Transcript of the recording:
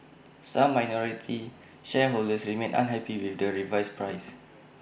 some minority shareholders remain unhappy with the revised price